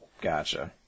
Gotcha